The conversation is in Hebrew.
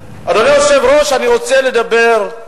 יש לך הפתעות.